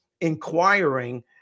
inquiring